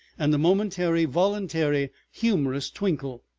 and a momentary, voluntary, humorous twinkle.